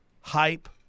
hype